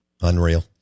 Unreal